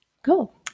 Cool